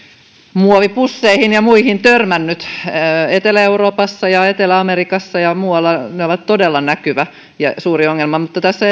muovipusseihin ja muihin törmännyt etelä euroopassa ja etelä amerikassa ja muualla ne ovat todella näkyvä ja suuri ongelma mutta tässä